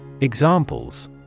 Examples